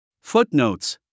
Footnotes